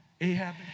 Ahab